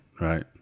right